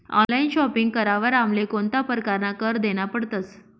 Online shopping करावर आमले कोणता परकारना कर देना पडतस?